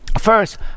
first